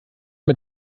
mit